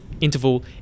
interval